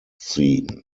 scene